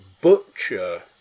butcher